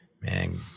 man